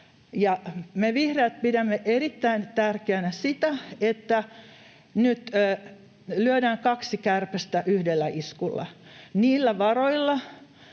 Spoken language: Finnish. Me vihreät pidämme erittäin tärkeänä sitä, että nyt lyödään kaksi kärpästä yhdellä iskulla. Niistä varoista,